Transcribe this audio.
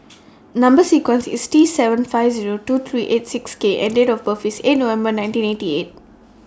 Number sequence IS T seven five Zero two three eight six K and Date of birth IS eight November nineteen eighty eight